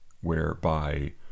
whereby